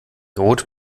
rot